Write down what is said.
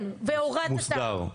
מוסדר.